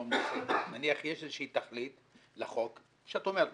נניח יש איזושהי תכלית לחוק שאת אומרת,